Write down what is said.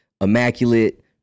immaculate